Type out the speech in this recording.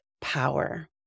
power